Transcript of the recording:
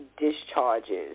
discharges